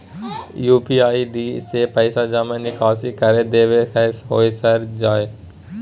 UPI ID से पैसा जमा निकासी कर देबै सर होय जाय है सर?